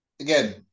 again